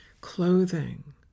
clothing